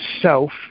self